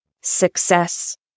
success